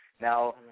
now